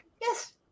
Yes